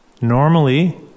Normally